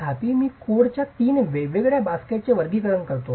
तथापि मी कोडच्या तीन वेगवेगळ्या बास्केटचे वर्गीकरण करतो